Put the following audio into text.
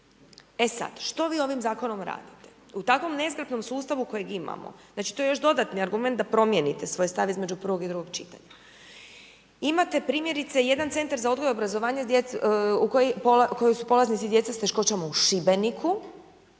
E sad, što vi ovim Zakonom radite? U takvom nezgrapnom sustavu kojeg imamo, znači to je još dodatni argument da promijenite svoj stav između prvog i drugog čitanja, imate primjerice jedan Centar za odgoj i obrazovanje kojeg su polaznici djeca s teškoćama u Šibeniku,